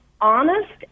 honest